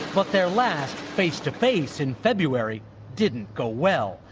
but their last face to face in february didn't go well.